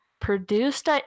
produced